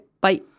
Bye